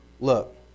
Look